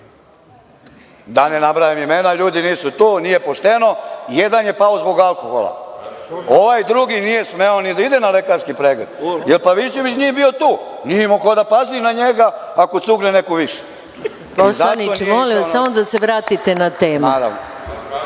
ne nabrajam imena, ljudi nisu tu, nije pošteno, jedan je pao zbog alkohola, ovaj drugi nije smeo ni da ide na lekarski pregled, jer Pavićević nije bio tu, nije imao koda pazi na njega ako cugne neku više. **Maja Gojković** Poslaniče molim vas da se vratite na temu.